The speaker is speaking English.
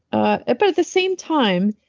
ah at but the same time,